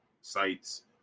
sites